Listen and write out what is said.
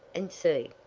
and see.